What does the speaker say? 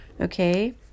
Okay